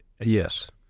Yes